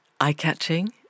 eye-catching